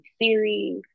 series